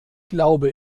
glaube